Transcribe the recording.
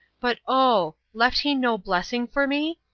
but oh! left he no blessing for me?